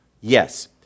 Yes